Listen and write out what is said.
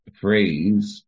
phrase